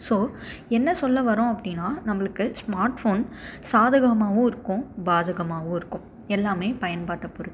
so என்ன சொல்ல வரோம் அப்படினா நம்மளுக்கு ஸ்மார்ட் ஃபோன் சாதகமாகவும் இருக்கும் பாதகமாகவும் இருக்கும் எல்லாமே பயன்பாட்டை பொறுத்து